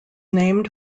named